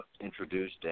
introduced